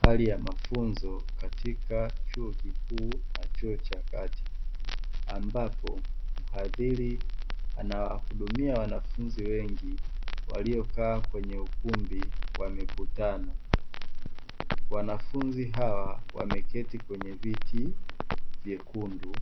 Hali ya mafunzo katika chuo kikuu na chuo cha kati ambapo mhadhiri anawahudumia wanafunzi wengi waliokaa kwenye ukumbi wa mikutano. Wanafunzi hawa wameketi kwenye viti vyekundu